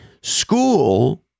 School